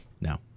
No